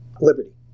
liberty